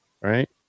right